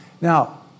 Now